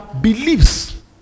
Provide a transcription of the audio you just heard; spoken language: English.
believes